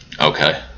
Okay